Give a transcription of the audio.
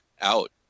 out